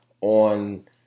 on